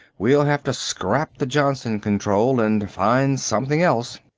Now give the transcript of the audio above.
we'll have to scrap the johnson control and find something else.